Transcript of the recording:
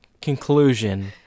conclusion